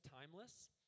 timeless